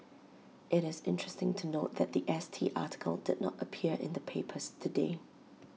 IT is interesting to note that The S T article did not appear in the papers today